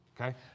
Okay